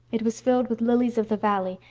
it was filled with lilies-of-the-valley,